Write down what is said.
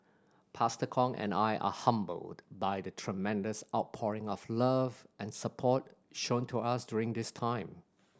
Pastor Kong and I are humbled by the tremendous outpouring of love and support shown to us during this time